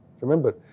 remember